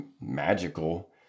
magical